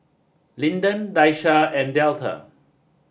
Linden Daisha and Delta